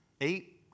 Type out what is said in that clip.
Eight